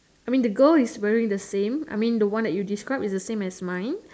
I mean the girl is wearing the same I mean the one you describe is the same as mine